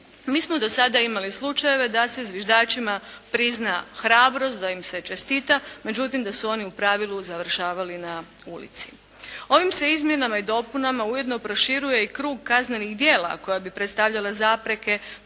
Mi smo do sada imali slučajeve da se “zviždačima“ prizna hrabrost, da im se čestita, međutim da su oni u pravilu završavali na ulici. Ovim se izmjenama i dopunama ujedno proširuje i krug kaznenih djela koja bi predstavljala zapreke